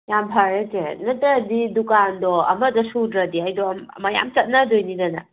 ꯌꯥꯝ ꯐꯔꯦ ꯆꯦ ꯅꯠꯇ꯭ꯔꯗꯤ ꯗꯨꯀꯥꯟꯗꯣ ꯑꯃꯗ ꯁꯨꯗ꯭ꯔꯥꯗꯤ ꯑꯩꯗꯣ ꯃꯌꯥꯝ ꯆꯠꯅꯗꯣꯏꯅꯤꯗꯅ